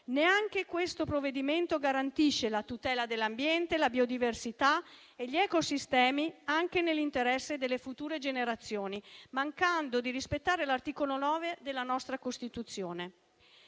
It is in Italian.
Neanche il provvedimento in esame garantisce la tutela dell'ambiente, la biodiversità e gli ecosistemi, anche nell'interesse delle future generazioni, mancando di rispettare l'articolo 9 della nostra Costituzione.